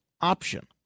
option